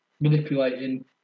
manipulating